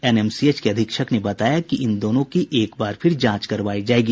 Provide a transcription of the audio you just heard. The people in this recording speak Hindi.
एनएमसीएच के अधीक्षक ने बताया कि इन दोनों की एक बार फिर जांच करवायी जायेगी